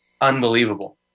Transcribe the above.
unbelievable